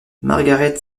margaret